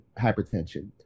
hypertension